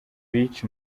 beach